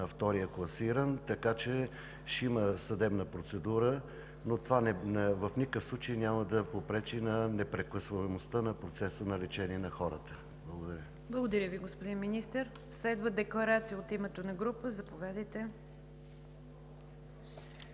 втория класиран, така че ще има съдебна процедура, но това в никакъв случай няма да попречи на непрекъсваемостта на процеса на лечение на хората. Благодаря Ви. ПРЕДСЕДАТЕЛ НИГЯР ДЖАФЕР: Благодаря Ви, господин Министър. Следва декларация от името на група. Заповядайте,